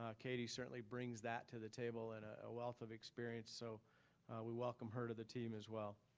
um katy certainly brings that to the table and a ah wealth of experience so we welcome her to the team as well.